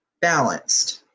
balanced